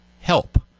help